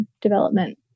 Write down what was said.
development